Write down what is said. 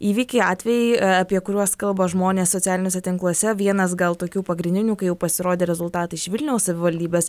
įvykiai atvejai apie kuriuos kalba žmonės socialiniuose tinkluose vienas gal tokių pagrindinių kai jau pasirodė rezultatai iš vilniaus savivaldybės